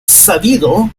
sabido